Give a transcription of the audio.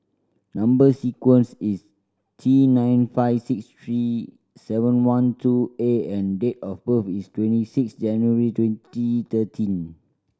number sequence is T nine five six three seven one two A and date of birth is twenty six January twenty thirteen